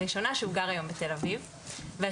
הראשונה שהוא גר היום בתל אביב והשנייה,